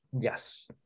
Yes